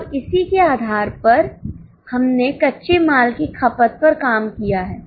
अब इसी के आधार पर हमने कच्चे माल की खपत पर काम किया है